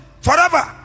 Forever